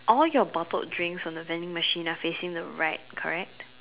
all your bottled drinks on the vending machine are facing the right correct